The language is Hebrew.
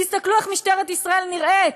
תסתכלו איך משטרת ישראל נראית,